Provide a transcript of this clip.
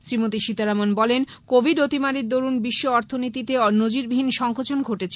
শ্রীমতী সীতারামণ বলেন কোভিড অতিমারির দরুন বিশ্ব অর্থনীতিতে নজিরবিহীন সংকোচন ঘটেছে